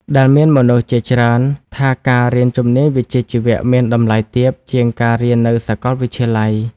ដែលមានមនុស្សជាច្រើនថាការរៀនជំនាញវិជ្ជាជីវៈមានតម្លៃទាបជាងការរៀននៅសាកលវិទ្យាល័យ។